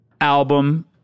album